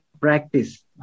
practice